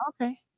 Okay